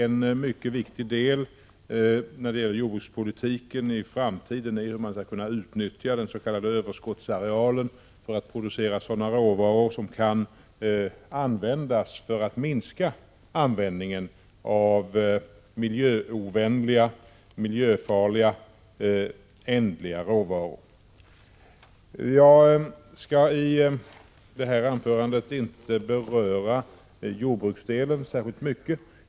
En mycket viktig del när det gäller jordbrukspolitiken i framtiden är hur 81 den s.k. överskottsarealen skall kunna utnyttjas för sådan produktion av råvaror som innebär att användningen av miljöovänliga, miljöfarliga och ändliga råvaror kan minska. Jag skall inte i detta anförande beröra jordbruksdelen särskilt mycket.